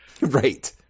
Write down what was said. right